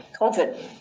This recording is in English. COVID